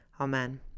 Amen